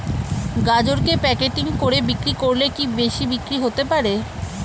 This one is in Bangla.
গাজরকে প্যাকেটিং করে বিক্রি করলে কি বেশি বিক্রি হতে পারে?